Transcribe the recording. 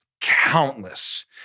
countless